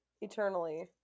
eternally